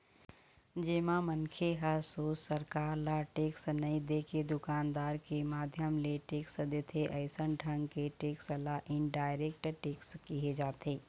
जेमा मनखे ह सोझ सरकार ल टेक्स नई देके दुकानदार के माध्यम ले टेक्स देथे अइसन ढंग के टेक्स ल इनडायरेक्ट टेक्स केहे जाथे